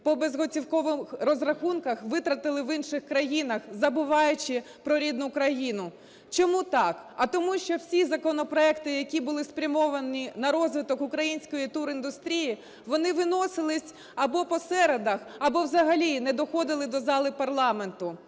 по безготівкових розрахунках витратили в інших країнах, забуваючи про рідну країну. Чому так? А тому що всі законопроекти, які були спрямовані на розвиток української туріндустрії, вони виносились або по середах, або взагалі не доходили до зали парламенту.